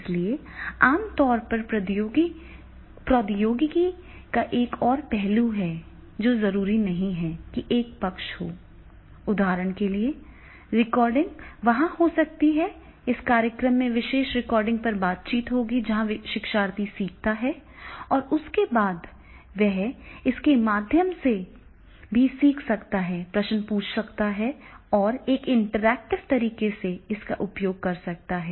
इसलिए आम तौर पर प्रौद्योगिकी का एक और पहलू है जो जरूरी नहीं कि एक पक्ष हो उदाहरण के लिए रिकॉर्डिंग वहां हो सकती है इस कार्यक्रम में विशेष रिकॉर्डिंग पर बातचीत होगी जहां शिक्षार्थी सीखता है और उसके बाद वह इसके माध्यम से भी सीख सकता है प्रश्न पूछते हैं और एक इंटरैक्टिव तरीके से इसका उपयोग करते हैं